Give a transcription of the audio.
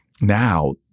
now